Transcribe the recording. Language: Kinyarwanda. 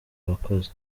abakozi